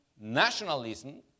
nationalism